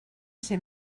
ser